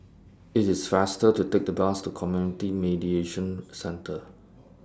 IT IS faster to Take The Bus to Community Mediation Centre